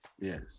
Yes